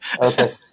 okay